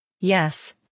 Yes